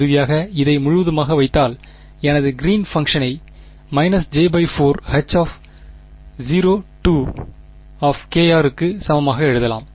இறுதியாக இதை முழுவதுமாக வைத்தால் எனது கிறீன் பங்க்ஷனை j 4 H0 க்கு சமமாக எழுதலாம்